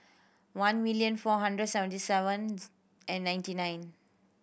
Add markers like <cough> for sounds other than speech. one million four hundred seventy seven <unintelligible> and ninety nine